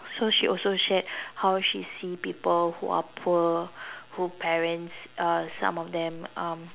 so she also shared how she see people who are poor who parents uh some of them um